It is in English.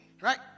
Right